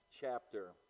chapter